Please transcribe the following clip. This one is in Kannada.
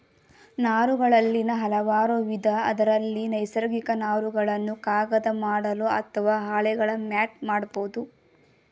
ನಾರುಗಳಲ್ಲಿ ಹಲವಾರುವಿಧ ಅದ್ರಲ್ಲಿ ನೈಸರ್ಗಿಕ ನಾರುಗಳನ್ನು ಕಾಗದ ಮಾಡಲು ಅತ್ವ ಹಾಳೆಗಳ ಮ್ಯಾಟ್ ಮಾಡ್ಬೋದು